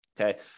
okay